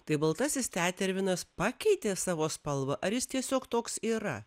tai baltasis tetervinas pakeitė savo spalvą ar jis tiesiog toks yra